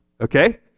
Okay